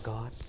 God